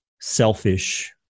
selfish